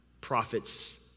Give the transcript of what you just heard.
prophets